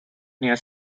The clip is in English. near